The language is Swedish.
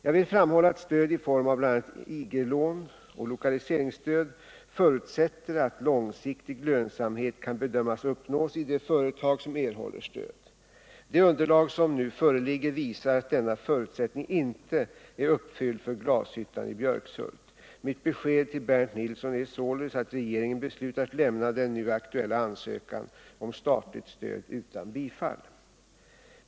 Jag vill framhålla att stöd i form av bl.a. IG-lån och lokaliseringsstöd förutsätter att långsiktig lönsamhet kan bedömas uppnås i de företag som erhåller stöd. Det underlag som nu föreligger visar att denna förutsättning inte är uppfylld för glashyttan i Björkshult. Mitt besked till Bernt Nilsson är således att regeringen beslutat lämna den nu aktuella ansökan om statligt stöd utan bifall.